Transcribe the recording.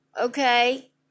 okay